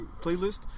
playlist